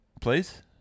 please